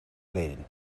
leden